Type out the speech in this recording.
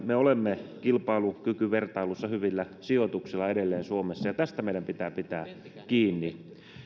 me olemme kilpailukykyvertailussa hyvillä sijoituksilla edelleen suomessa ja tästä meidän pitää pitää kiinni